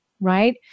right